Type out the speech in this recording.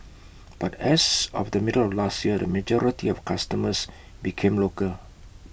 but as of the middle of last year the majority of customers became local